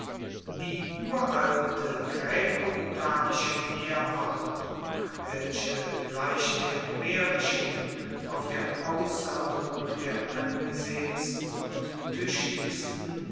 die uralte graecoitalische heerordnung welche gleich der homerischen auf der aussonderung der angesehensten und tuechtigsten